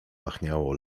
pachniało